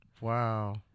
Wow